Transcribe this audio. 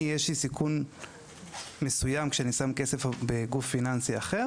לי יש סיכון מסוים כשאני שם כסף בגוף פיננסי אחר